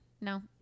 no